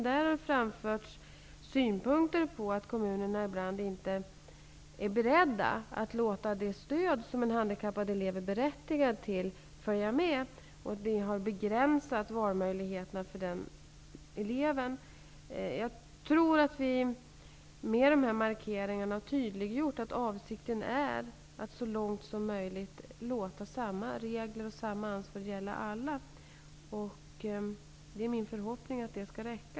Det har framförts synpunkter på att kommunerna ibland inte är beredda att låta det stöd som en handikappad elev är berättigad till följa med, och detta har begränsat valmöjligheterna för den eleven. Jag tror att vi med de här markeringarna har tydliggjort att avsikten är att så långt som möjligt låta samma regler och samma ansvar gälla alla. Det är min förhoppning att det skall räcka.